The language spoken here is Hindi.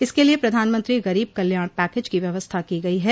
इसके लिए प्रधानमंत्री गरीब कल्याण पैकेज की व्यवस्था की गई है